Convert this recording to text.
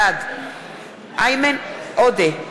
בעד איימן עודה,